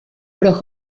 però